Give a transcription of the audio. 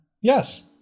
Yes